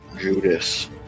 Judas